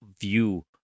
view